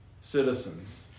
citizens